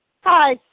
hi